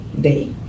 day